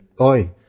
oi